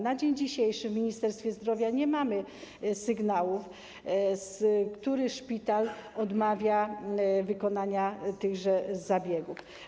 Na dzień dzisiejszy w Ministerstwie Zdrowia nie mamy sygnałów, który szpital odmawia wykonania tychże zabiegów.